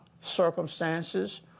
circumstances